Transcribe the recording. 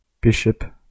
bishop